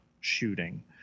shooting